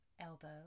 Elbow